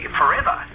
forever